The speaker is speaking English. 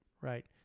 right